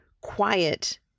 quiet